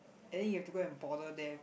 and then you have to go and bother them